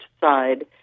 side